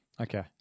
Okay